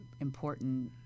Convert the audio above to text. important